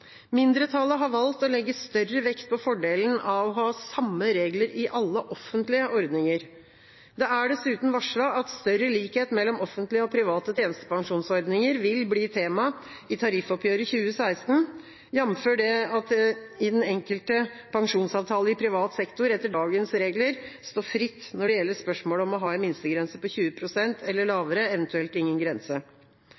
Mindretallet har valgt å legge større vekt på fordelen av å ha samme regler i alle offentlige ordninger. Det er dessuten varslet at større likhet mellom offentlige og private tjenestepensjonsordninger vil bli tema i tariffoppgjøret 2016, jf. at den enkelte pensjonsavtale i privat sektor etter dagens regler står fritt når det gjelder spørsmålet om å ha en minstegrense på 20 pst. eller lavere, eventuelt ingen grense.